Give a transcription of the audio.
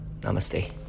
namaste